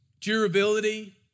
durability